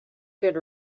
good